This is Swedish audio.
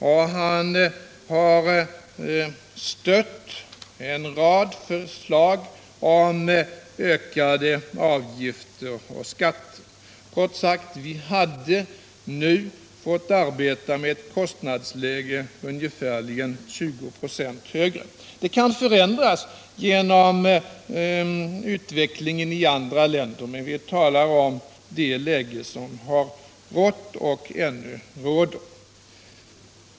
och han har stött en rad förslag om ökade avgifter och skatter. Kort sagt hade vi nu fått arbeta med ett kostnadsläge som varit ungefär 20 ö högre. Läget kan förändras genom utvecklingen i andra länder, men vi talar om det läge som rått och ännu råder.